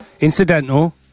Incidental